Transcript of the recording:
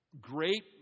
great